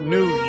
New